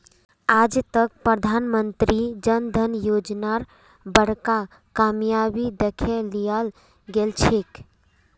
आज तक प्रधानमंत्री जन धन योजनार बड़का कामयाबी दखे लियाल गेलछेक